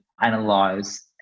analyze